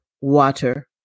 water